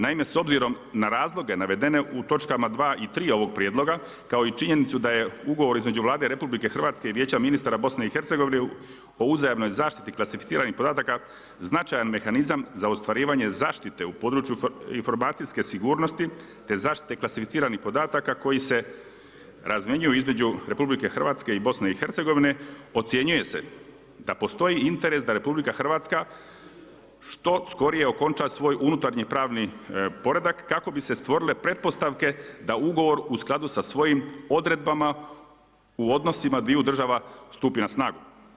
Naime, s obzirom na razloge navedene u točkama 2. i 3. ovog prijedloga kao i činjenicu da je ugovor između Vlade RH i Vijeća ministara Bosne i Hercegovine o uzajamnoj zaštititi klasificiranih podataka značajan mehanizam za ostvarivanje zaštite u području informacijske sigurnosti, te zaštite klasificiranih podataka koji se razmjenjuju između RH i Bosne i Hercegovine ocjenjuje se da postoji interes da RH što skorije okonča svoj unutarnji pravni poredak kako bi se stvorile pretpostavke da ugovor u skladu sa svojim odredbama u odnosima dviju država stupi na snagu.